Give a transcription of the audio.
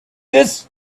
this